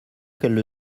qu’elles